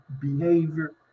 behavior